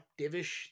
Divish